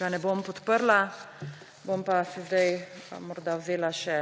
ga ne bom podprla. Bom pa si sedaj pa morda vzela še